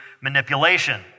manipulation